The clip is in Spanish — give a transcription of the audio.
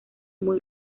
muy